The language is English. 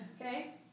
Okay